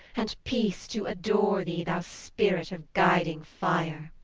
and peace to adore thee, thou spirit of guiding fire!